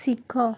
ଶିଖ